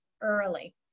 early